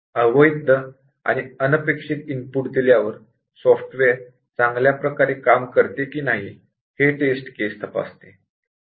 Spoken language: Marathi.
अवैध आणि अनपेक्षित इनपुट दिल्यावर सॉफ्टवेअर चांगल्या प्रकारे काम करते की नाही हे निगेटिव टेस्ट केस तपासते